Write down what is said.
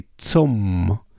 zum